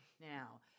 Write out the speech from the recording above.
now